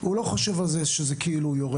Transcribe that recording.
הוא לא חושב על זה שזה כאילו הוא יורה